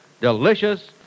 Delicious